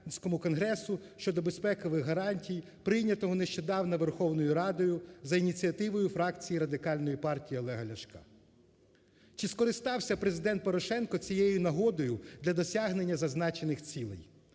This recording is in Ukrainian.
Конгресу щодо безпекових гарантій, прийнятого нещодавно Верховною Радою за ініціативою фракції Радикальної партії Олега Ляшка. Чи скористався Президент Порошенко цією нагодою для досягнення зазначених цілей.